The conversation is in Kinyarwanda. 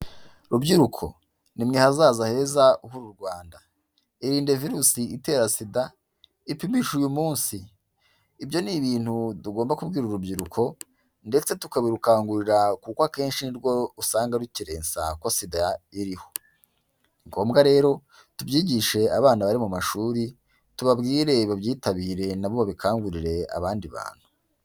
Rubyiruko nimwe hazaza heza h'uru Rwanda irinde virusi itera SIDA, ipimishe uyu munsi ibyo ni ibintu tugomba kubwira urubyiruko ndetse tukabirukangurira kuko akenshi ni rwo usanga rukerensa ko SIDA iriho. Ni ngombwa rero tubyigishe abana bari mu mashuri tubabwire babyitabire na bo babikangurire abandi bantu.